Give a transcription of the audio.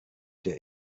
der